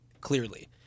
clearly